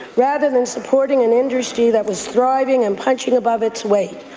rather than supporting an industry that was thriving and punching above its weight.